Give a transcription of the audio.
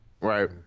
right